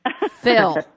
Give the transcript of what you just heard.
Phil